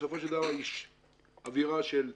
בסופו של דבר, יש אווירה של משבר,